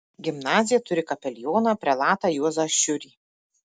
gimnazija turi kapelioną prelatą juozą šiurį